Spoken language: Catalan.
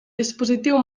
dispositiu